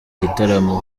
gitaramo